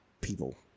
people